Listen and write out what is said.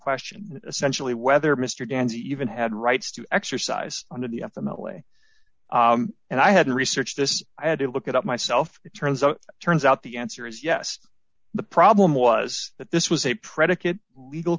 question essentially whether mr gans even had rights to exercise under the them away and i had to research this i had it look it up myself it turns out turns out the answer is yes the problem was that this was a predicate legal